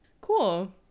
Cool